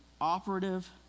operative